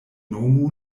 nomu